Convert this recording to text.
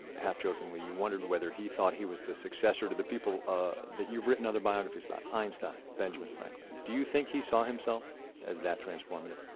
half-jokingly, you wondered whether he thought he was the successor to the people ah that you've written other biographies about einstein, benjamin franklin. do you think he saw himself as that transformative?